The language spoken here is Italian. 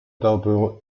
dopo